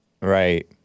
Right